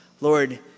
Lord